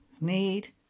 need